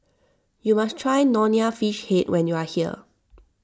you must try Nonya Fish Head when you are here